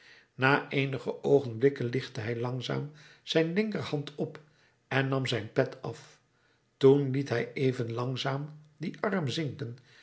na eenige oogenblikken lichtte hij langzaam zijn linkerarm op en nam zijn pet af toen liet hij even langzaam dien arm zinken